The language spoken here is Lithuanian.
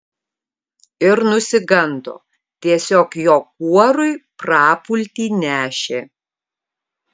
ir nusigando tiesiog jo kuorui prapultį nešė